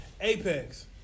Apex